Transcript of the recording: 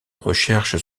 recherche